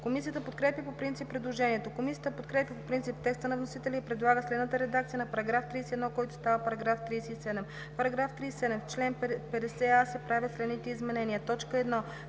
Комисията подкрепя по принцип предложението. Комисията подкрепя по принцип текста на вносителя и предлага следната редакция на § 31, който става § 37: „§ 37. В чл. 50а се правят следните изменения: